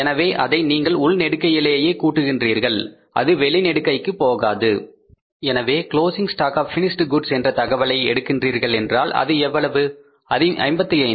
எனவே அதை நீங்கள் உள்நெடுகையிலேயே கூட்டுகின்றீர்கள் அது வெளிநெடுக்கைக்கு போகாது எனவே closing stock of finished goods என்ற தகவலை எடுக்கிறீர்கள் என்றால் அது எவ்வளவு 55000